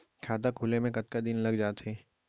खाता खुले में कतका दिन लग जथे?